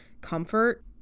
comfort